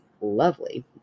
Lovely